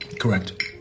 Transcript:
Correct